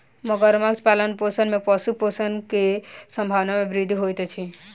मगरक पालनपोषण में पशु शोषण के संभावना में वृद्धि होइत अछि